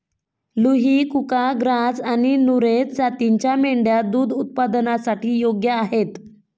लुही, कुका, ग्राझ आणि नुरेझ जातींच्या मेंढ्या दूध उत्पादनासाठी योग्य आहेत